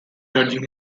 judging